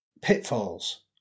pitfalls